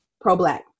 pro-black